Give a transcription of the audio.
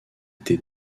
été